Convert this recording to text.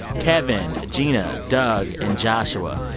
kevin, gina, doug and joshua.